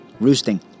roosting